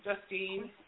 Justine